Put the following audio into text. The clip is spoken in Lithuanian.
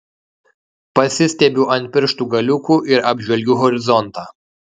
pasistiebiu ant pirštų galiukų ir apžvelgiu horizontą